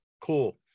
Cool